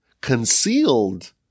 concealed